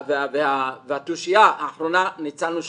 והתושייה ניצלנו שנינו.